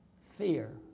fear